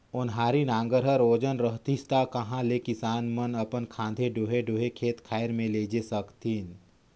ओन्हारी नांगर हर ओजन रहतिस ता कहा ले किसान मन अपन खांधे डोहे डोहे खेत खाएर मे लेइजे सकतिन